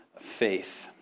faith